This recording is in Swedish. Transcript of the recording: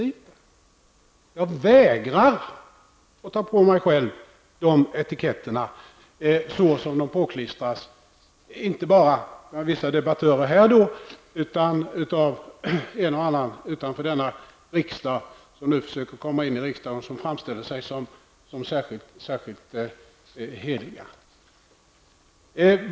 Jag vägrar att ta på mig själv dessa etiketter såsom de påklistras av vissa debattörer här i riksdagen och även av en och annan utanför denna riksdag, personer som försöker komma in i riksdagen och därför framställer sig som särskilt hederliga.